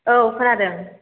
औ खोनादों